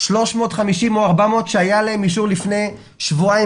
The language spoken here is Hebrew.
350 או 400 שהיה להם אישור לפני שבועיים